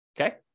okay